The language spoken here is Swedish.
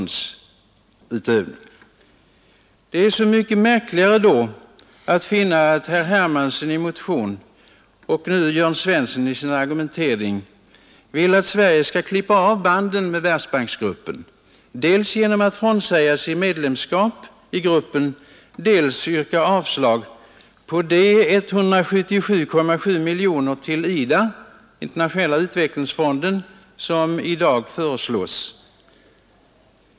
Det är då så mycket märkligare att finna att herr Hermansson m.fl. i en motion och nu herr Jörn Svensson i sin argumentering vill att Sverige skall klippa av banden med Världsbanksgruppen genom att frånsäga sig medlemskap och att man yrkar avslag på de 177 miljoner till IDA, Internationella utvecklingsfonden, som i dag föreslås.